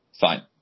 fine